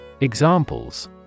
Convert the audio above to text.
Examples